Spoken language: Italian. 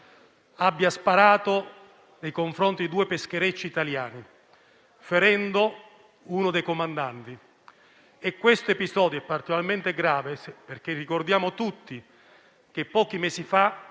abbia sparato a due pescherecci italiani, ferendo uno dei comandanti. Questo episodio è particolarmente grave, perché ricordiamo tutti che, pochi mesi fa,